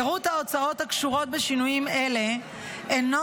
פירוט ההוצאות הקשורות בשינויים אלה אינו